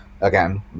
again